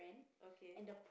okay